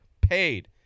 paid